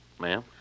Ma'am